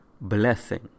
blessing